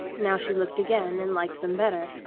now she looked again and liked them better,